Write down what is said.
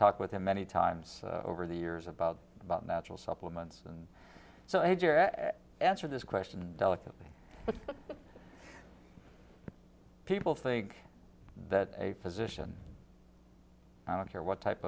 talked with him many times over the years about about natural supplements and so if you're answer this question delicately people think that a physician i don't care what type